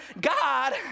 God